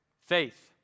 faith